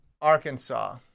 Arkansas